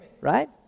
Right